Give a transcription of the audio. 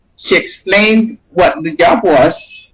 she explained what the job was.